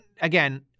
again